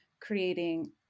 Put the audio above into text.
creating